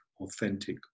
authentic